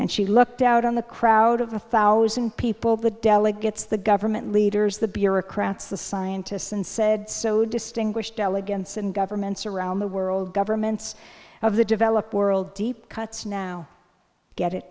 and she looked out on the crowd of a thousand people the delegates the government leaders the bureaucrats the scientists and said so distinguished elegance and governments around the world governments of the developed world deep cuts now get it